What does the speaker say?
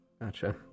Gotcha